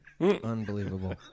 Unbelievable